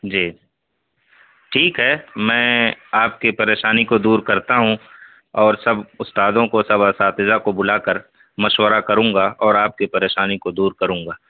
جی ٹھیک ہے میں آپ کی پریشانی کو دور کرتا ہوں اور سب استاذوں کو سب اساتذہ کر بلا کر مشورہ کروں گا اور آپ کی پریشانی کو دور کروں گا